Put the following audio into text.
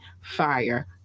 Fire